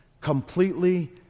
completely